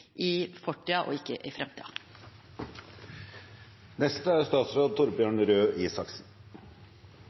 i fortida og ikke i framtida. Hvis vi er